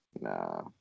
nah